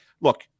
look